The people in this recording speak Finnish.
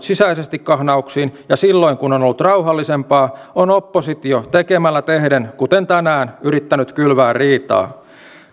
sisäisesti kahnauksiin ja silloin kun on ollut rauhallisempaa on oppositio tekemällä tehden kuten tänään yrittänyt kylvää riitaa